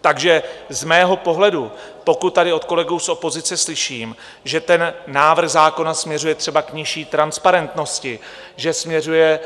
Takže z mého pohledu, pokud tady od kolegů z opozice slyším, že návrh zákona směřuje třeba k nižší transparentnosti, že směřuje